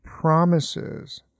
promises